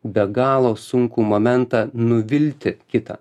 be galo sunkų momentą nuvilti kitą